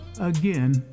again